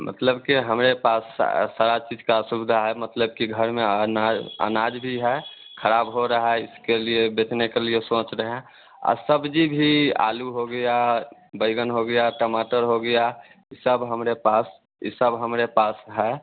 मतलब के हमारे पास सारी चीज़ की सुविधा है मतलब के घर में अना अनाज भी है खराब हो रहा है इसके लिए बेचने के लिए सोच रहे हैं और सब्ज़ी भी आलू हो गया बैंगन हो गया टमाटर हो गया सब हमारे पास इसब हमारे पास है